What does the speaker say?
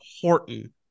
Horton